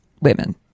women